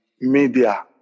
media